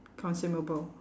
consumable